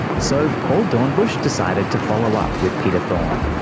so paul doornbusch decided to follow up with peter thorne.